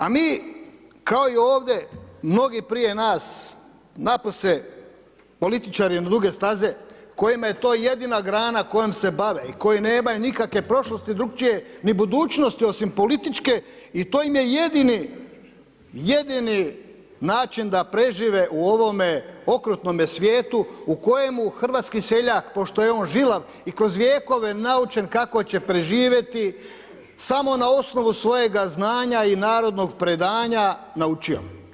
A mi kao i ovdje, mnogi prije nas, ... političari na duge staze, kojima je to jedina grana kojom se bave i koji nemaju nikakve prošlosti drukčije, ni budućnosti, osim političke, i to im je jedini, jedini način da prežive u ovome okrutnome svijetu, u kojemu hrvatski seljak, pošto je on žilav, i kroz vjekove naučen kako će preživjeti, samo na osnovu svojega znanja i narodnog predanja, naučio.